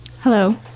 Hello